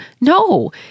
No